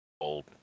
old